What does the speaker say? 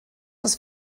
das